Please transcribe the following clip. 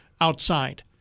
outside